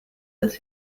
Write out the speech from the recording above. als